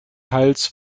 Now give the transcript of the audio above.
hals